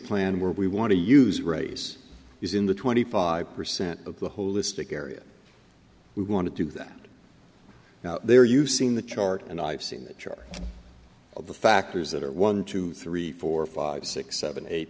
plan where we want to use race use in the twenty five percent of the holistic area we want to do that now they're using the chart and i've seen a chart of the factors that are one two three four five six seven eight